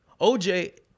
OJ